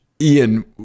Ian